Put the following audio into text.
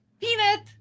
Peanut